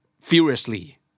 furiously